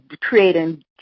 creating